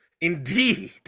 indeed